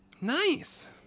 nice